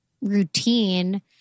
routine